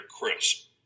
crisp